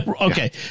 okay